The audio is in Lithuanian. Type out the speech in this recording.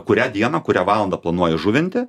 kurią dieną kurią valandą planuoji žuvinti